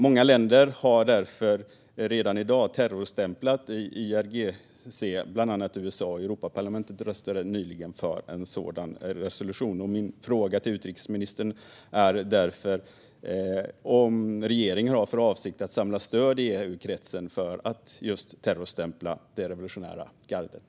Många länder, bland annat USA, har därför redan i dag terrorstämplat IRGC, och Europaparlamentet röstade nyligen för en sådan resolution. Min fråga till utrikesministern är därför om regeringen har för avsikt att samla stöd i EU-kretsen för att terrorstämpla det revolutionära gardet.